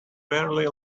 fairly